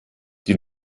die